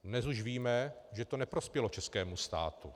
Dnes už víme, že to neprospělo českému státu.